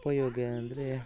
ಉಪಯೋಗ ಏನೆಂದರೆ